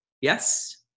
Yes